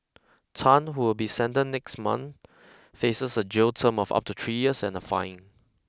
Tan who will be sentenced next month faces a jail term of up to three years and a fine